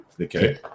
okay